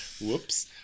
Whoops